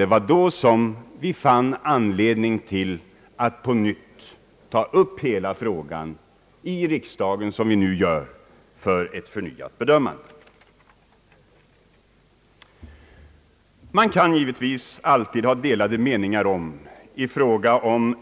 Det var då vi fann anledning till att på nytt ta upp hela frågan i riksdagen på det sätt som nu sker för att komma fram till en ny bedömning. Man kan givetvis ha delade meningar om